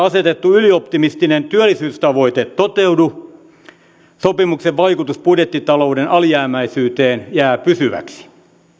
asetettu ylioptimistinen työllisyystavoite toteudu sopimuksen vaikutus budjettitalouden alijäämäisyyteen jää pysyväksi